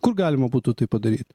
kur galima būtų tai padaryt